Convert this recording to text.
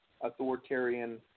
authoritarian